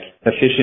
efficient